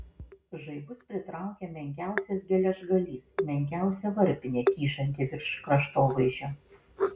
žaibus pritraukia menkiausias geležgalys menkiausia varpinė kyšanti virš kraštovaizdžio